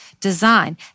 design